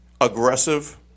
aggressive